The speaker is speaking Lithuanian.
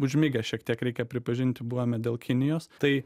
užmigę šiek tiek reikia pripažinti buvome dėl kinijos tai